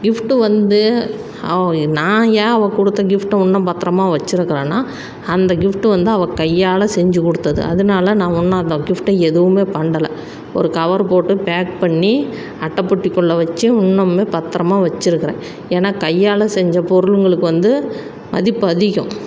gift வந்து அவள் நான் ஏன் அவள் கொடுத்த கிஃப்ட் இன்னும் பத்திரமா வச்சு இருக்குறேன்னால் அந்த கிஃப்ட் வந்து அவள் கையால் செஞ்சு கொடுத்தது அதனால நான் இன்னும் அந்த கிஃப்ட்டை எதுவுமே பண்ணலை ஒரு கவரு போட்டு பேக் பண்ணி அட்டை பெட்டிக்குள்ள வச்சு இன்னமுமே பத்திரமா வச்சிருக்கிறேன் ஏன்னா கையால் செஞ்ச பொருளுங்களுக்கு வந்து மதிப்பு அதிகம்